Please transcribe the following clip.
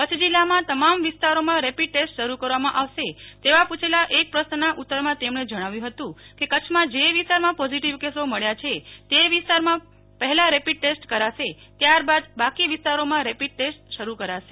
કચ્છ જિલ્લામાં તમામ વિસતારોમાં રેપીડ ટેસ્ટ શરૂ કરવામાં આવશે તેવા પૂછેલા એક પ્રશ્નના ઉત્તરમાં તેમણે જણાવ્યું હતું કે કચ્છમાં જે વિસ્તારમાં પોઝીટીવ કેસો મળ્યા છે તે વિસ્તારમાં પહેલા રેપીડ ટેસ્ટ કરાશે ત્યારબાદ બાકી વિસ્તારોમાં ટેસ્ટ શરૂ કરાશે